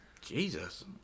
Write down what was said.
Jesus